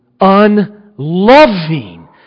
unloving